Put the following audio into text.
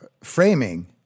framing